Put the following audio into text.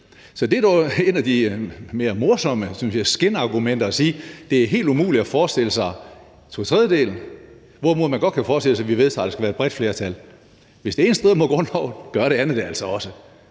Så det er dog et af de mere morsomme, synes jeg, skinargumenter at bruge, altså at det er helt umuligt at forestille sig to tredjedeles flertal, mens man godt kan forestille sig, at vi vedtager, at det skal være med et bredt flertal. Hvis det ene strider mod grundloven, gør det andet det altså også.